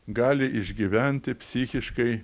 gali išgyventi psichiškai